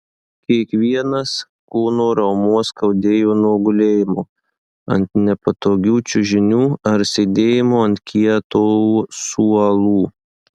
kiekvienas kūno raumuo skaudėjo nuo gulėjimo ant nepatogių čiužinių ar sėdėjimo ant kietų suolų